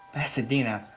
pasadena?